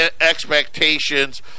expectations